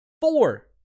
Four